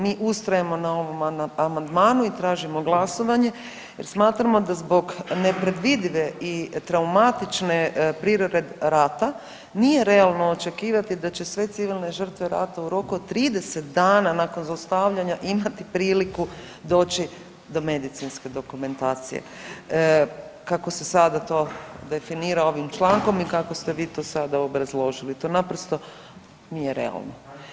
Mi ustrajemo na ovom amandmanu i tražimo glasovanje jer smatramo da zbog nepredvidive i traumatične prirode rata nije realno očekivati da će sve civilne žrtve rata u roku od 30 dana nakon zlostavljanja imati priliku doći do medicinske dokumentacije, kako se sada to definira ovim člankom i kako ste vi to sada obrazložili, to naprosto nije realno.